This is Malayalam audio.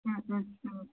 മ് മ് മ്